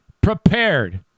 prepared